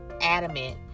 adamant